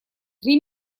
три